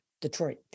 Detroit